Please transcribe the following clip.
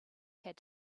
had